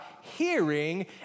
hearing